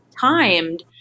timed